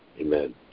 Amen